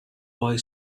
boy